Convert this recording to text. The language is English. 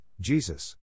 Jesus